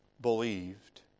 believed